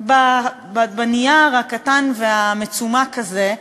בנייר הקטן והמצומק הזה,